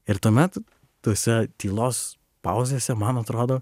ir tuomet tose tylos pauzėse man atrodo